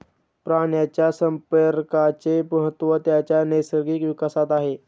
प्राण्यांच्या संप्रेरकांचे महत्त्व त्यांच्या नैसर्गिक विकासात आहे